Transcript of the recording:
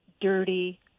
dirty